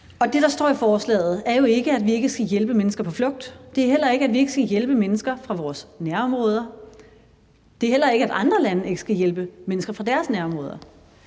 Det, der står i forslaget, er jo ikke, at vi ikke skal hjælpe mennesker på flugt. Det er heller ikke, at vi ikke skal hjælpe mennesker fra vores nærområder. Det er heller ikke, at andre lande ikke skal hjælpe mennesker fra deres nærområder.